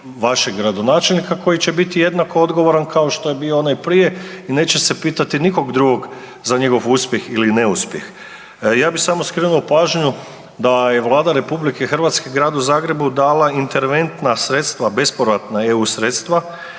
vašeg gradonačelnika koji će biti jednako odgovoran kao što je bio onaj prije i neće se pitati nikog drugog za njegov drugog za njegov uspjeh ili neuspjeh. Ja bi samo skrenuo pažnju da je Vlada RH Gradu Zagrebu dala interventna sredstva bespovratna EU sredstva